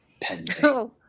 Pending